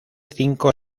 cinco